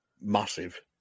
massive